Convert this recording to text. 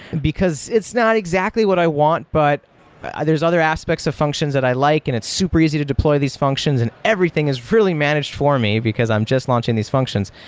because it's not exactly what i want. but there's other aspects of functions that i like and it's super easy to deploy these functions and everything is really managed for me, because i'm just launching these functions.